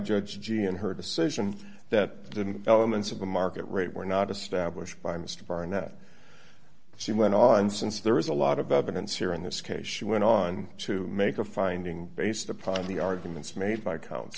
judge g and her decision that didn't elements of the market rate were not established by mr barnett she went on since there is a lot of evidence here in this case she went on to make a finding based upon the arguments made by coun